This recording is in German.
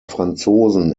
franzosen